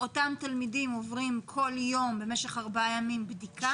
אותם תלמידים עוברים כל יום במשך ארבעה ימים בדיקה.